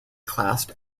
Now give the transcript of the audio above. classed